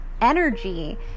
energy